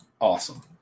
awesome